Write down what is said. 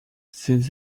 since